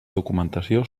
documentació